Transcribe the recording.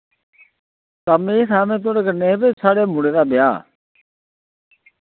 कम्म एह् हा मैं थुआढ कन्नै वे साढ़े मुड़े दा ब्याह्